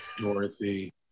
Dorothy